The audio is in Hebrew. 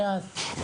בבקשה.